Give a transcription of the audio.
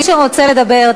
מי שרוצה לדבר,